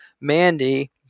Mandy